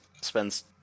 spends